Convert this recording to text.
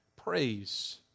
praise